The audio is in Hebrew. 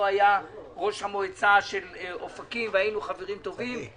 היה ראש המועצה של אופקים והיינו חברים טובים.